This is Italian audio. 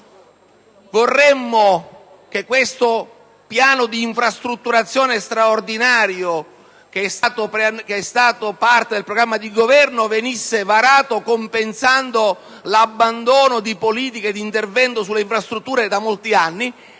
vorremmo che il piano di infrastrutturazione straordinaria, che è parte del programma di Governo, venisse varato compensando l'abbandono di politiche di intervento sulle infrastrutture, che si